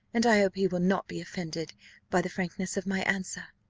and i hope he will not be offended by the frankness of my answer.